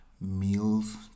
meals